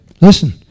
Listen